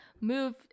move